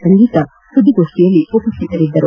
ಸಂಗೀತಾ ಸುದ್ದಿಗೋಷ್ಠಿಯಲ್ಲಿ ಉಪಸ್ವಿತರಿದ್ದರು